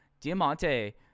Diamante